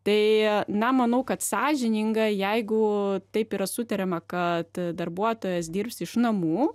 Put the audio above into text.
tai na manau kad sąžininga jeigu taip yra sutariama kad darbuotojas dirbs iš namų